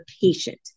patient